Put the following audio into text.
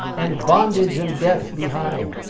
and bondage and death behind.